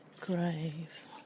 grave